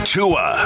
Tua